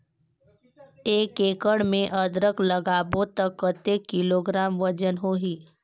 एक एकड़ मे अदरक लगाबो त कतेक किलोग्राम वजन होही?